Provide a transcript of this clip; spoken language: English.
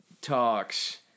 talks